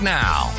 now